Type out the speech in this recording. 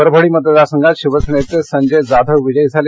परभणी मतदार संघात शिवसेनेचे संजय जाधव विजयी झाले